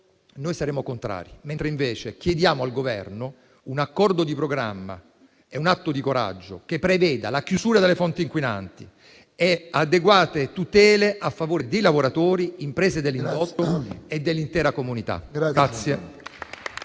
noi saremo contrari. Chiediamo invece al Governo un accordo di programma e un atto di coraggio, che preveda la chiusura delle fonti inquinanti e adeguate tutele a favore dei lavoratori, delle imprese dell'indotto e dell'intera comunità.